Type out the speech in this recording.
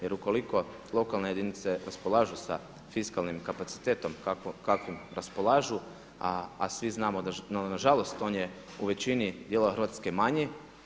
Jer ukoliko lokalne jedinice raspolažu sa fiskalnim kapacitetom kakvim raspolažu, a svi znamo da na žalost on je u većini dijela Hrvatske manji.